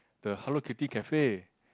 the Hello-Kitty cafe